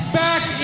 back